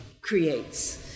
creates